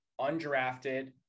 undrafted